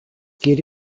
geri